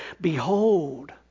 Behold